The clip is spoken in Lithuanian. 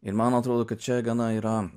ir man atrodo kad čia gana yra